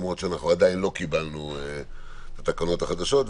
למרות שעדיין לא קיבלנו את התקנות החדשות,